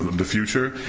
the future.